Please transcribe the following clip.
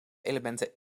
elementen